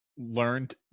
learned